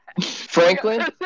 Franklin